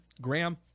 Graham